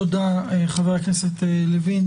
תודה חבר הכנסת לוין.